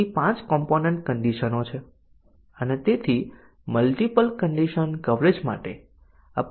હવે ચાલો બીજી કંડીશન ટેસ્ટીંગ જોઈએ જે મલ્ટીપલ કંડિશન કવરેજ છે